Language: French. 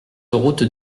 route